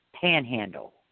Panhandle